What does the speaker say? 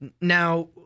Now